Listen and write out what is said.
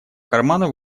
кармана